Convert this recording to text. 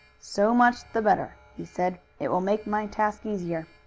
so much the better! he said. it will make my task easier.